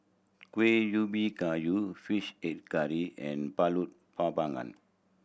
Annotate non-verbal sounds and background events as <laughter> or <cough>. Kuih Ubi Kayu Fish Head Curry and pulut <unintelligible>